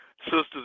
Sisters